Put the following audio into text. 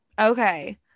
okay